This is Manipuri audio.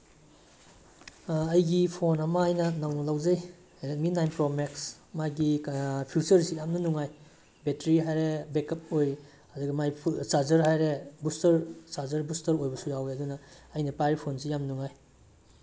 ꯑꯩꯒꯤ ꯐꯣꯟ ꯑꯃ ꯑꯩꯅ ꯅꯧꯅ ꯂꯧꯖꯩ ꯔꯦꯗꯃꯤ ꯅꯥꯏꯟ ꯄ꯭ꯔꯣ ꯃꯦꯛꯁ ꯃꯥꯒꯤ ꯐ꯭ꯌꯨꯆꯔꯁꯤ ꯌꯥꯝꯅ ꯅꯨꯡꯉꯥꯏ ꯕꯦꯇ꯭ꯔꯤ ꯍꯥꯏꯔꯦ ꯕꯦꯛꯀꯞ ꯑꯣꯏ ꯑꯗꯨꯒ ꯃꯥꯒꯤ ꯆꯥꯔꯖꯔ ꯍꯥꯏꯔꯦ ꯕꯨꯁꯇꯔ ꯆꯥꯔꯖꯔ ꯕꯨꯁꯇꯔ ꯑꯣꯏꯕꯁꯨ ꯌꯥꯎꯋꯦ ꯑꯗꯨꯅ ꯑꯩꯅ ꯄꯥꯏꯔꯤ ꯐꯣꯟꯁꯤ ꯌꯥꯝꯅ ꯅꯨꯡꯉꯥꯏ